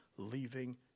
Leaving